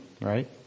right